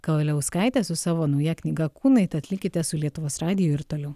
kavaliauskaitė su savo nauja knyga kūnai tad likite su lietuvos radiju ir toliau